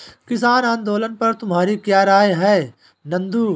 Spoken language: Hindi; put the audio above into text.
किसान आंदोलन पर तुम्हारी क्या राय है नंदू?